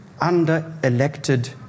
under-elected